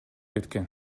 кеткен